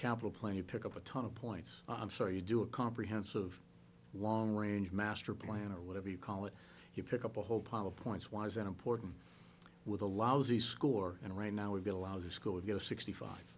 capital plan you pick up a ton of points i'm sorry you do a comprehensive long range master plan or whatever you call it you pick up a whole pile of points why is that important with a lousy score and right now would be a lousy school to go sixty five